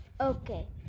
Okay